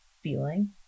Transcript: feeling